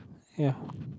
ya